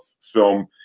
film